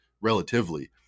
relatively